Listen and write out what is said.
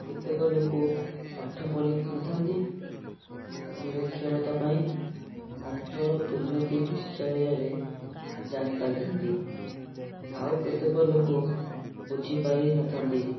କେତେକ ଲୋକ ପାଠ ପଢ଼ି ନଥାନ୍ତି ନିରକ୍ଷରତା ପାଇଁ ଅଞ୍ଚଳ ଦୁର୍ନୀତି ବିଷୟରେ ଜାଣି ପାରିଥାନ୍ତି ଆଉ କେତେକ ଲୋକ ବୁଝି ପାରି ନଥାନ୍ତି